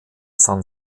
san